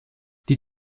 die